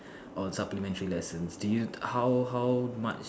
or supplementary lessons do you how how much